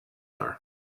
are